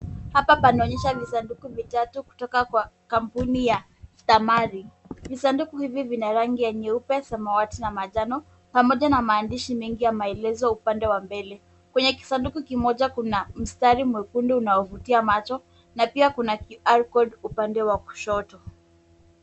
Hapa panaonyesha misanduku mitatu kutoka kwa kampuni ya stamaril. Visanduku hivi vina rangi ya nyeupe, samawati na manjano pamoja na maandishi mengi ya maelezo upande wa mbele. Kwenye kisanduku kimoja kuna mstari mwekundu unaovutia macho na pia kuna QR code upande wa kushoto.